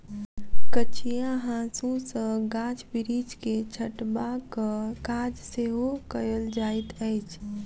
कचिया हाँसू सॅ गाछ बिरिछ के छँटबाक काज सेहो कयल जाइत अछि